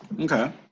Okay